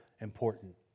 important